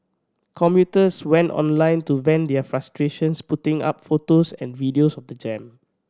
commuters went online to vent their frustrations putting up photos and videos of the jam